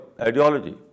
ideology